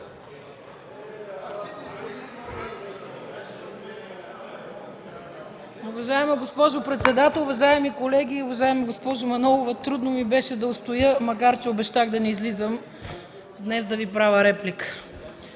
Уважаема госпожо председател, уважаеми колеги! Уважаема госпожо Манолова, трудно ми беше да устоя, макар че обещах да не излизам днес да Ви правя реплика.